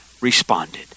responded